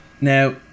Now